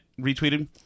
retweeted